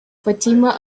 fatima